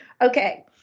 Okay